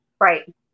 right